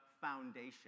foundation